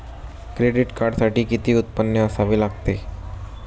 Credit कार्डसाठी किती उत्पन्न असावे लागते?